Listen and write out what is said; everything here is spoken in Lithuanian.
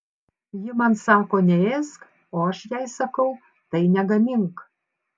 ji man sako neėsk o aš jai sakau tai negamink